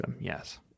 yes